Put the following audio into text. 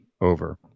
over